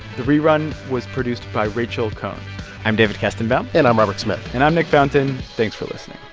the rerun was produced by rachael cohn i'm david kestenbaum and i'm robert smith and i'm nick fountain. thanks for listening